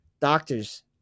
Doctors